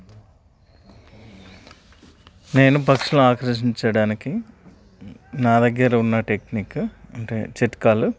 నేను పక్షులు ఆకర్షించడానికి నా దగ్గర ఉన్నటెక్నిక్ అంటే చిట్కాలు